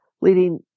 leading